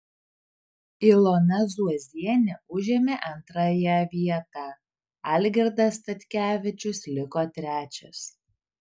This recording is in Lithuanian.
ilona zuozienė užėmė antrąją vietą algirdas statkevičius liko trečias